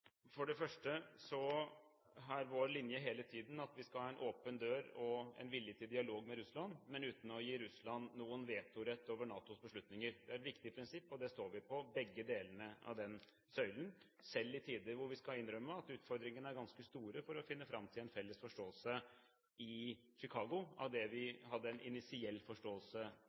For det første er vår linje hele tiden at vi skal ha en åpen dør og en vilje til dialog med Russland, men uten å gi Russland noen vetorett over NATOs beslutninger. Det er et viktig prinsipp, og det står vi på, begge delene av den linjen, selv i tider hvor vi kan innrømme at utfordringene er ganske store med tanke på å finne fram til en felles forståelse i Chicago av det vi hadde en initiell forståelse av